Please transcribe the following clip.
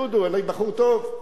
דודו, אני בחור טוב?